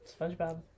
Spongebob